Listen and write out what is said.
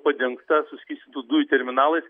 padengta suskystintų dujų terminalais